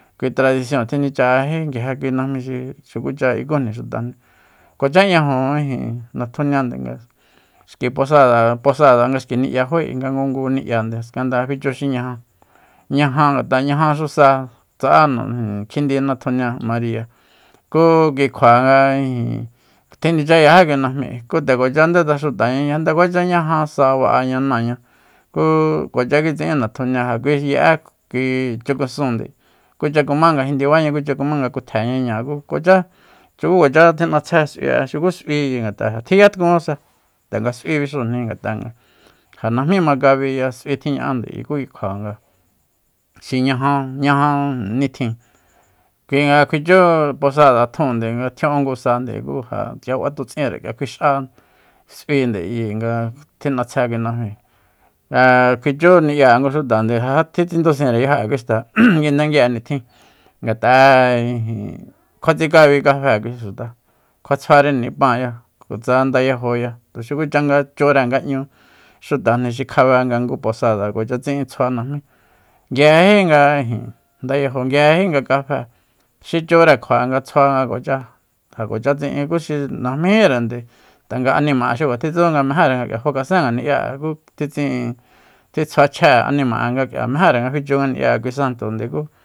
Kui tradision tjinichajají nguije kui najmi xukucha ikujni xutajni kuacha 'ñaju ijin natjuniande nga xki posada- posada xki ni'ya fae nga ngungu ni'yande skanda nga fichu xi ñaja ñaja ngat'a naja xu sa tsa'a kjindi natjunia mariya ku kikjua nga ijin tjinichayají kui najmi ku nde kuacha ndetsa xutañañ'a nde kuacha ñaja sa ba'aña náañá ku kuacha kitsi'in natjunia kui ye'é kui chukusúunde kucha kumá nga jindibáña kucha kumá nga ku tjeñañáa kuacha tuku kuacha tjin'atsjé s'ui'e xuku s'ui ayi ngat'a tjiyatkunsa tanga s'ui'e bixujnijin ngat'a nga ja najmí makabiya s'ui tjiña'ande ku kui kjua nga xi ñaja-ñaja nitjin kui nga ja kjuichú posada tjunde nga tjia'úngusande ku ja kjia kuatutsinre kjuix'a s'uinde ayi nga tji'natsje kui najmi nga ja kjuichú ni'ya'e ngu xutande ja ja tjitsindusinre yajo'e kui xta nga ja nguindegui'e nitjin ngat'a'e ijin kjuatsikabi kafe kui xuta kjua tsjuari nipanya kutsa ndayajoya ja tuxukucha nga chúre nga'ñu xutajni xi kjabe nga ngu posada ja kuacha tsi'in tsjua najmí nguijejí nga ndayajo nguijejí nga kafe xi chure kjua nga ts'jua nga kuacha ja kuacha tsi'in ku xi najmíjírende tanga anima'e kuatjitsú nga mejére nga k'ia fakasen ngani'ya'e ku tjitsiin ti tsjuechjée anima'e nga k'ia mejére nga fichu ngani'ya'e kui santo kú